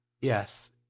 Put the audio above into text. Yes